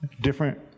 different